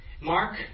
Mark